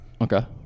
Okay